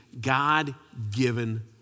God-given